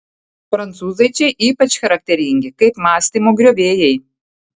prancūzai čia ypač charakteringi kaip mąstymo griovėjai